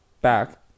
back